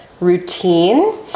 routine